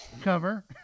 cover